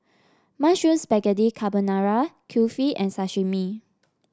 Mushroom Spaghetti Carbonara Kulfi and Sashimi